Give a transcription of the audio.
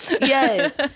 Yes